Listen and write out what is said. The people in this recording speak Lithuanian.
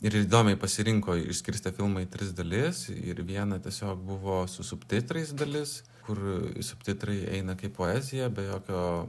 ir įdomiai pasirinko išskirstė filmą į tris dalis ir viena tiesiog buvo su subtitrais dalis kur subtitrai eina kaip poezija be jokio